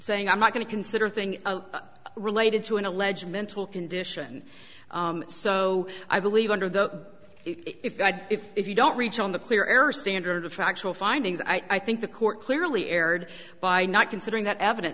saying i'm not going to consider thing related to an alleged mental condition so i believe under the if god if if you don't reach on the clear air standard of factual findings and i think the court clearly erred by not considering that eviden